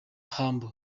humble